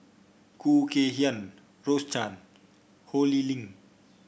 Khoo Kay Hian Rose Chan Ho Lee Ling